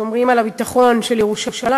שומרים על הביטחון של ירושלים,